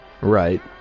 right